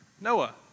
Noah